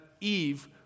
Eve